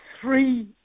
three